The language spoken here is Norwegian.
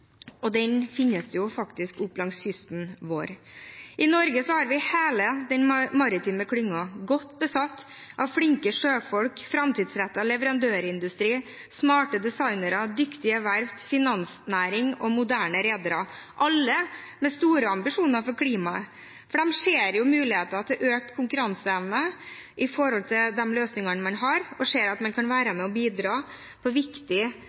– den finnes jo faktisk langs kysten vår. I Norge har vi hele den maritime klyngen godt besatt av flinke sjøfolk, framtidsrettet leverandørindustri, smarte designere, dyktige verft, finansnæring og moderne redere – alle med store ambisjoner for klimaet, for de ser mulighetene til økt konkurranseevne i forhold til de løsningene man har, og ser at man kan være med og bidra på